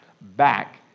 back